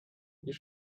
you